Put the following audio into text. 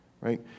right